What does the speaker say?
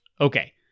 Okay